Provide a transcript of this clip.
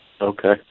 Okay